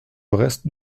reste